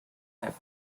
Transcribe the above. have